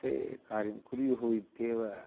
ते कार्यं कुर्युः इत्येव